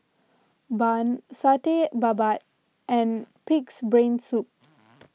Bun Satay Babat and Pig's Brain Soup